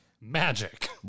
magic